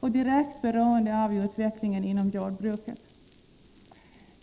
och direkt beroende av utvecklingen inom jordbruket.